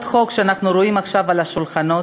החוק שאנחנו רואים עכשיו על השולחנות,